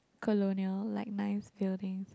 colonial like nice buildings